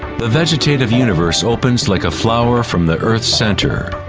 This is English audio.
the vegetative universe opens like a flower from the earth's center,